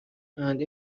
and